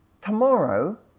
tomorrow